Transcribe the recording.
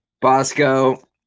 Bosco